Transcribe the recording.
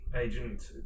agent